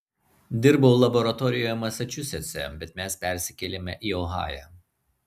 dirbau laboratorijoje masačusetse bet mes persikėlėme į ohają